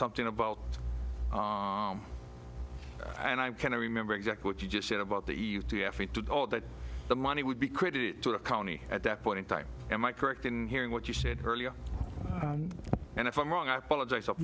something about that and i can't remember exactly what you just said about the that the money would be credited to the county at that point in time am i correct in hearing what you said earlier and if i'm wrong i apologize